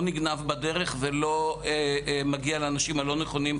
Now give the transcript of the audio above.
נגנב בדרך ולא מגיע לאנשים הלא נכונים,